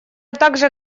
также